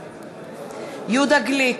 בעד יהודה גליק,